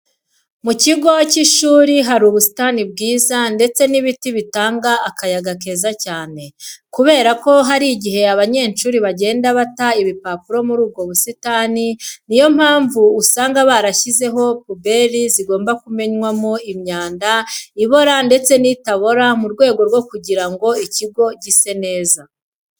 Mu kigo cy'ishuri harimo ubusitani bwiza ndetse n'ibiti bitanga akayaga keza cyane. Kubera ko hari igihe abanyeshuri bagenda bata ibipapuro muri ubwo busitani, niyo mpamvu usanga barashyizemo puberi zigomba kumenwamo imyanda ibora ndetse n'itabora mu rwego rwo kugira ngo ikigo gise neza.